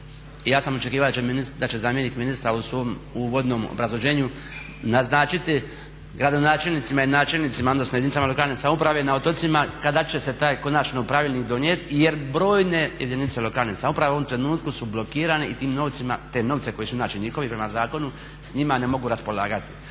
ja sam očekivao da će zamjenik ministra u svom uvodnom obrazloženju naznačiti gradonačelnicima i načelnicima odnosno jedinicama lokalne samouprave na otocima kada će se taj konačno pravilnik donijeti jer brojne jedinice lokalne samouprave u ovom trenutku su blokirane i tim novcima, te novce koji su inače njihovi prema zakonu s njima ne mogu raspolagati